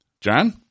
John